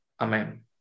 amen